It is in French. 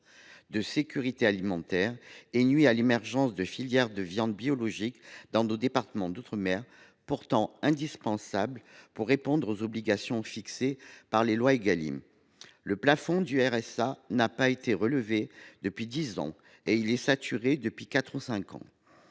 de sécurité alimentaire. En outre, il nuit à l’émergence de filières de viandes biologiques dans nos départements d’outre mer (DOM), pourtant indispensables pour répondre aux obligations fixées par les lois Égalim. Le plafond du RSA n’a pas été relevé depuis dix ans et il est saturé depuis quatre